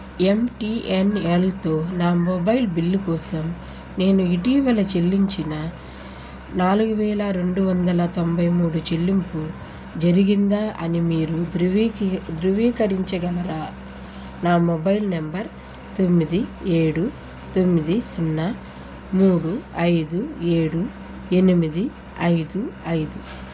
ఎంటీఎన్ఎల్తో నా mobile bill కోసం నేను ఇటీవల చెల్లించిన నాలుగు వేల రెండు వందల తొంభై మూడు చెల్లింపు జరిగిందా అని మీరు ధృవీకీ ధృవీకరించగలరా నా మొబైల్ నంబర్ తొమ్మిది ఏడు తొమ్మిది సున్నా మూడు ఐదు ఏడు ఎనిమిది ఐదు ఐదు